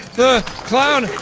the. clown.